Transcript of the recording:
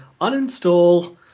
uninstall